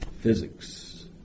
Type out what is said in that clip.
physics